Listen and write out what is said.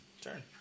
turn